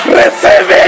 receive